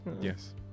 Yes